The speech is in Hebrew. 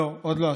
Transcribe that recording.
לא, עוד לא.